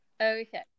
Okay